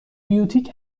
بیوتیک